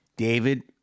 David